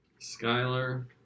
Skyler